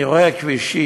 אני רואה כבישים,